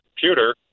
computer